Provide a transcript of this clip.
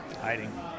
Hiding